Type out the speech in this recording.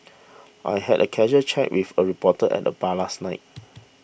I had a casual chat with a reporter at the bar last night